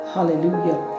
Hallelujah